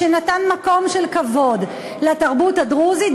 שנתן מקום של כבוד לתרבות הדרוזית,